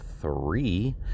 three